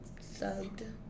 subbed